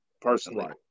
personally